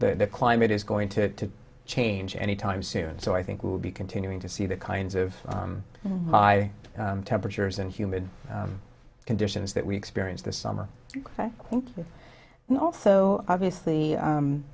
the the climate is going to change any time soon so i think we will be continuing to see the kinds of high temperatures and humid conditions that we experienced this summer and also obviously